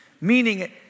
Meaning